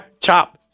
Chop